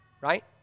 right